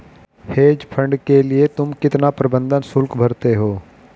Hedge fund के लिए तुम कितना प्रबंधन शुल्क भरते हो?